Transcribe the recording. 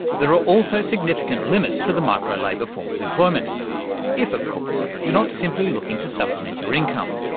there are also significant limits to the micro-labour form of employment if, of course, you're not simply looking to supplement your income.